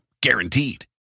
Guaranteed